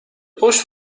پشت